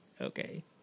okay